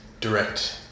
direct